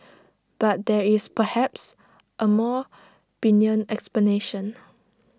but there is perhaps A more benign explanation